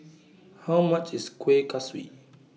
How much IS Kuih Kaswi